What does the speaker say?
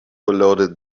loaded